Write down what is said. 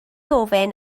ofyn